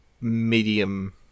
medium